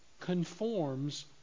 conforms